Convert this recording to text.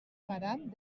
faran